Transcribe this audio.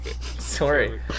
Sorry